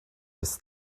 bis